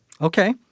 Okay